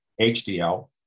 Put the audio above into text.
HDL